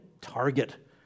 target